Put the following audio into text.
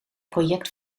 project